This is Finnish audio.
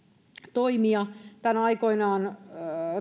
toimia tämän aikoinaan